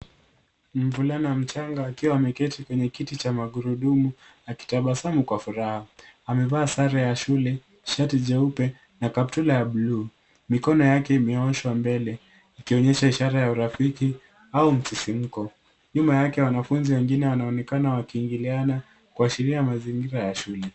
Mvulana mchanga akiwa ameketi kwenye kiti cha magurudumu akitabasamu kwa furaha. Amevaa sare ya shule shati jeupe na kaptura ya buluu. Mikono yake imeoshwa mbele ikionyesha ishara ya urafiki au misisimuko. Nyuma yake wanafunzi wengine wanaonekana wakiingiliana kuashiria mazingira ya shule.